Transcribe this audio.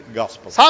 gospel